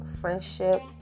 friendship